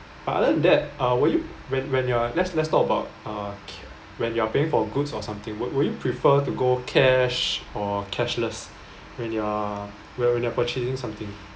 other than that uh will you when when you're let's let's talk about uh c~ when you are paying for goods or something would would you prefer to go cash or cashless when you're when you are purchasing something